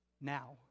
now